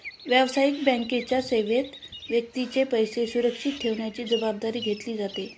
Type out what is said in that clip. व्यावसायिक बँकेच्या सेवेत व्यक्तीचे पैसे सुरक्षित ठेवण्याची जबाबदारी घेतली जाते